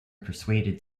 persuaded